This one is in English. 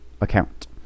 account